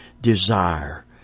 desire